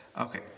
Okay